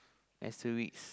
Asterids